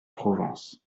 provence